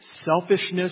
selfishness